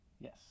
Yes